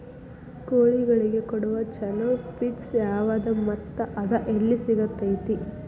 ಕೋಳಿಗಳಿಗೆ ಕೊಡುವ ಛಲೋ ಪಿಡ್ಸ್ ಯಾವದ ಮತ್ತ ಅದ ಎಲ್ಲಿ ಸಿಗತೇತಿ?